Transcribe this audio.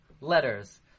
letters